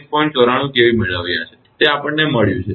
94 kV મેળવ્યા છે તે આપણને મળ્યું છે